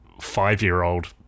five-year-old